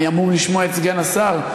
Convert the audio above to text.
אני אמור לשמוע את סגן השר,